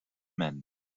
meant